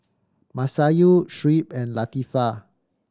Masayu Shuib and Latifa